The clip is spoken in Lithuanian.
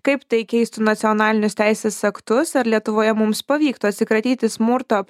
kaip tai keistų nacionalinius teisės aktus ar lietuvoje mums pavyktų atsikratyti smurto